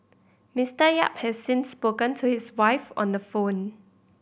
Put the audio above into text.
Mister Yap has since spoken to his wife on the phone